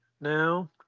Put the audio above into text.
now